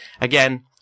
Again